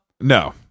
No